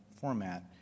format